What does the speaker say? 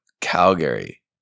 Calgary